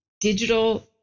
digital